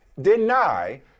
deny